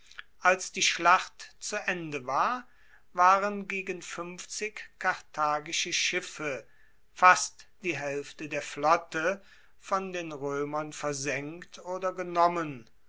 als die schlacht zu ende war waren gegen fuenfzig karthagische schiffe fast die haelfte der flotte von den roemern versenkt oder genommen